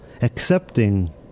accepting